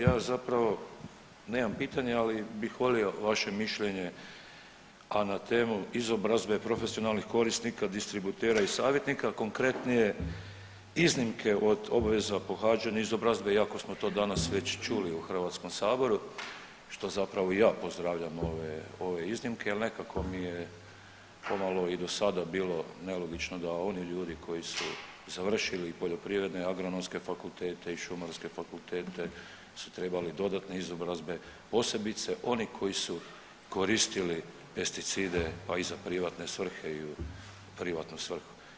Ja zapravo nemam pitanje, ali bih volio vaše mišljenje, a na temu izobrazbe profesionalnih korisnika, distributera i savjetnika konkretnije iznimke od obaveza pohađanja izobrazbe iako smo to danas već čuli u HS-u što zapravo i ja pozdravljam ove iznimke jel nekako mi je pomalo i do sada bilo nelogično da oni ljudi koji su završili poljoprivredne i agronomske fakultete i šumarske fakultete su trebali dodatne izobrazbe, posebice oni koji su koristili pesticide pa i za privatne svrhe ili u privatnu svrhu.